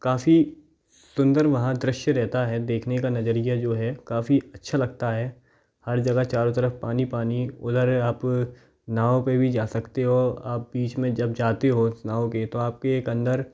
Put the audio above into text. काफ़ी सुंदर वहाँ दृश्य रेहता है देखने का नज़रिया जो है काफ़ी अच्छा लगता है हर जगह चारों तरफ़ पानी पानी उदर आप नाव पर भी जा सकते हो आप बीच में जब जाते हो उस नाव के तो आप के एक अंदर